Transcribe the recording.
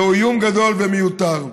זהו איום גדול ומיותר.